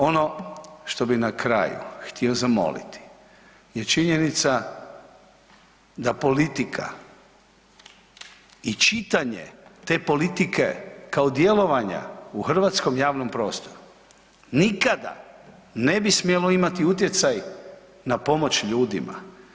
Ono što bi na kraju htio zamoliti je činjenica da politika i čitanje te politike kao djelovanja u hrvatskom javnom prostoru nikada ne bi smjelo imati utjecaj na pomoć ljudima.